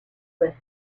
list